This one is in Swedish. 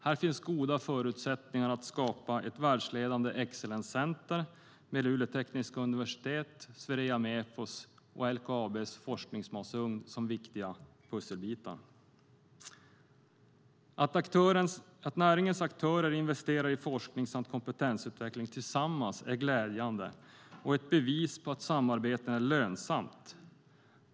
Här finns goda förutsättningar att skapa ett världsledande excellenscenter med Luleå tekniska universitet, Swerea Mefos och LKAB:s forskningsmasugn som viktiga pusselbitar. Att näringens aktörer investerar i forskning samt kompetensutveckling tillsammans är glädjande och ett bevis på att samarbeten är lönsamt.